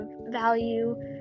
value